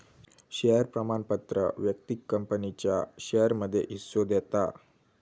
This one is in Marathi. शेयर प्रमाणपत्र व्यक्तिक कंपनीच्या शेयरमध्ये हिस्सो देता